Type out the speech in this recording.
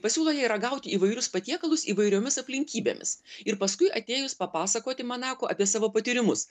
pasiūlo jai ragaut įvairius patiekalus įvairiomis aplinkybėmis ir paskui atėjus papasakoti manako apie savo patyrimus